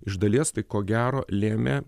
iš dalies tai ko gero lėmė